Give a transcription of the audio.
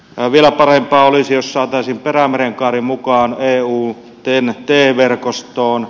vielä parempaa olisi jos saataisiin perämerenkaari mukaan eun ten t verkostoon